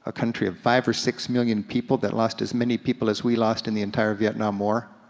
ah country of five or six million people that lost as many people as we lost in the entire vietnam war.